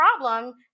problem